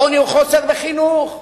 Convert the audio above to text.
עוני הוא חוסר בחינוך,